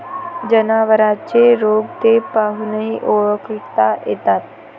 जनावरांचे रोग ते पाहूनही ओळखता येतात